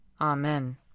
Amen